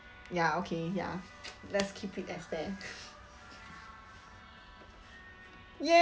ya okay ya let's keep it at there